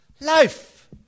Life